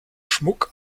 schmuck